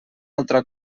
altra